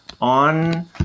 on